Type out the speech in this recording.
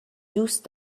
دوست